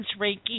Reiki